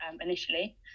initially